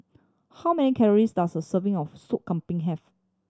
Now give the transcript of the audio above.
how many calories does a serving of Soup Kambing have